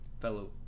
fellow